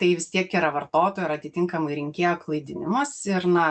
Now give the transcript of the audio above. tai vis tiek yra vartotojo ir atitinkamai rinkėjo klaidinimas ir na